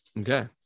Okay